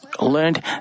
learned